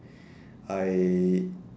I